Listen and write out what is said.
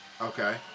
Okay